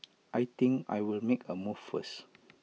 I think I will make A move first